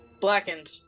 blackened